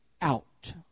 out